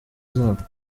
zabo